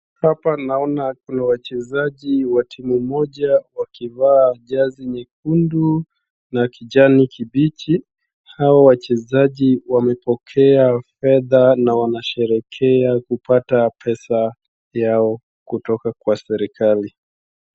Hapa naona ni wachezaji wa timu moja wakivaa jezi nyekundu na kijani kibichi. Hawa wachezaji wamepokea fedha na wanasherehekea kupata pesa yao kutoka kwa serikali.